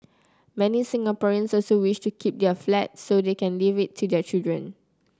many Singaporeans also wish to keep their flat so they can leave it to their children